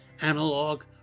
Analog